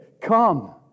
come